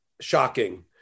shocking